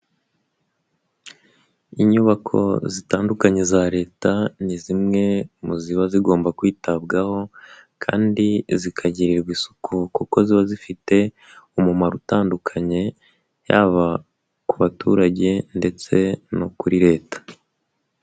Inyubako zitandukanye za leta, ni zimwe mu ziba zigomba kwitabwaho kandi zikagirirwa isuku kuko ziba zifite umumaro utandukanye, yaba ku baturage ndetse no kuri leta.